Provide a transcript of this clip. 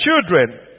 children